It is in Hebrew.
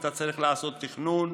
אתה צריך לעשות תכנון,